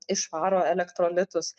išvaro elektrolitus